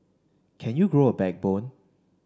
can you grow a backbone